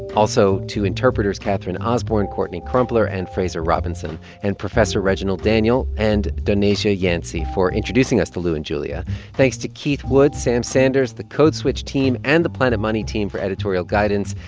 also to interpreters catherine osborn, courtney crumpler and fraser robinson and professor reginald daniel and daunasia yancey for introducing us to lu and julia thanks to keith woods, sam sanders, the code switch team and the planet money team for editorial guidance.